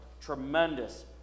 tremendous